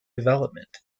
development